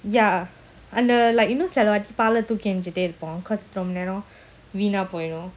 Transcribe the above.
ya அந்தஇன்னும்:andha innum like you know பாலதூக்கிஎரிஞ்சிகிட்டேஇருப்போம்:paala thooki erinjikite irupom cause ரொம்பநேரம்வீனாபோய்டும்:romba neram veena poidum